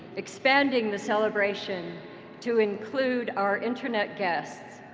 expanding the celebration to include our internet guests.